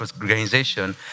organization